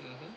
mmhmm